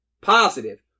positive